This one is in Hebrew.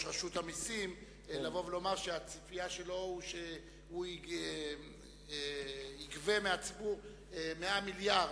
רשות המסים לבוא ולומר שהציפייה שלו היא שהוא יגבה מהציבור 100 מיליארד,